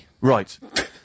Right